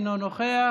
אינו נוכח,